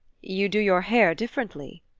you do your hair differently,